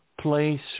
place